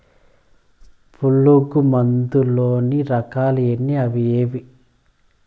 పులుగు మందు లోని రకాల ఎన్ని అవి ఏవి?